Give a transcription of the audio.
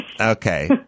Okay